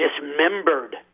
dismembered